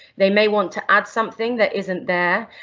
they may want to add something that isn't there,